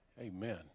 amen